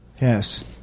Yes